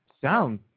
sound